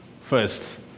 first